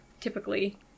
typically